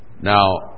Now